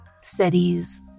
cities